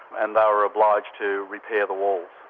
and they were obliged to repair the walls,